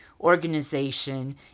organization